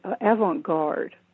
avant-garde